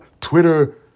Twitter